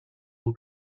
will